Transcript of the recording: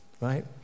Right